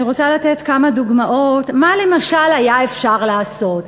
אני רוצה לתת כמה דוגמאות מה למשל היה אפשר לעשות.